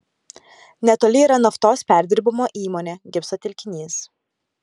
netoli yra naftos perdirbimo įmonė gipso telkinys